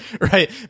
right